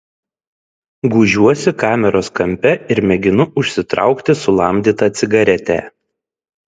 gūžiuosi kameros kampe ir mėginu užsitraukti sulamdytą cigaretę